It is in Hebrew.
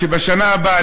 שבשנה הבאה,